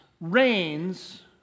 reigns